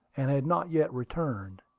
and had not yet returned.